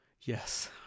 Yes